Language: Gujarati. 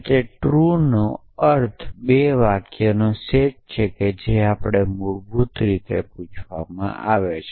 તે ટ્રૂનો 2 વાક્યનો સેટ છે જે આપણે મૂળભૂત રીતે પૂછવામાં આવે છે